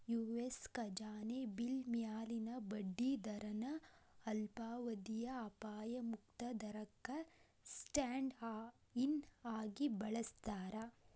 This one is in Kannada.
ಯು.ಎಸ್ ಖಜಾನೆ ಬಿಲ್ ಮ್ಯಾಲಿನ ಬಡ್ಡಿ ದರನ ಅಲ್ಪಾವಧಿಯ ಅಪಾಯ ಮುಕ್ತ ದರಕ್ಕ ಸ್ಟ್ಯಾಂಡ್ ಇನ್ ಆಗಿ ಬಳಸ್ತಾರ